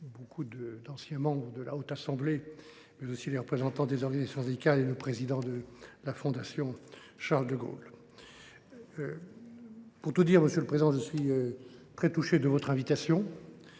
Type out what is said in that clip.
de nombre d’anciens membres de la Haute Assemblée ainsi que de représentants des organisations syndicales et du président de la fondation Charles de Gaulle. Monsieur le président, j’ai été très touché de votre invitation.